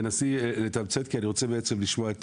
תנסי לתמצת כי אני רוצה בעצם לשמוע גם